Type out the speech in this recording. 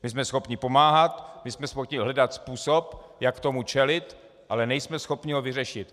My jsme schopni pomáhat, my jsme schopni hledat způsob, jak tomu čelit, ale nejsme schopni ho vyřešit.